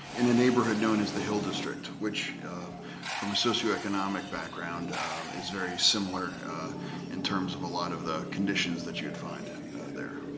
in the neighborhood known as the hill district, which from a socioeconomic background is very similar in terms of a lot of the conditions that you would find there.